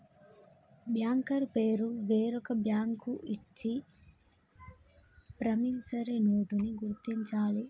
banker పేరు వేరొక bank ఇచ్చే ప్రామిసరీ నోటుని గుర్తించాలి